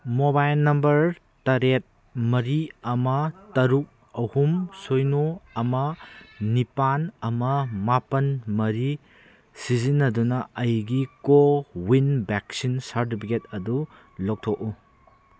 mobile number ꯇꯔꯦꯠ ꯃꯔꯤ ꯑꯃ ꯇꯔꯨꯛ ꯑꯍꯨꯝ ꯁꯨꯏꯅꯣ ꯑꯃ ꯅꯤꯄꯥꯟ ꯑꯃ ꯃꯥꯄꯟ ꯃꯔꯤ ꯁꯤꯖꯤꯟꯅꯗꯨꯅ ꯑꯩꯒꯤ ꯀꯣꯋꯤꯟ ꯚꯦꯛꯁꯤꯟ ꯁꯥꯔꯇꯤꯐꯤꯀꯦꯠ ꯑꯗꯨ ꯂꯧꯊꯣꯛꯎ